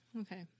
Okay